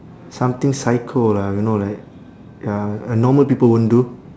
something psycho lah you know like ya uh normal people won't do